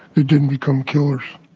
they didn't become killers.